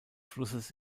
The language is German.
flusses